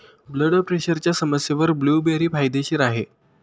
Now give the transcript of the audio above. blood प्रेशरच्या समस्येवर blueberry फायदेशीर आहे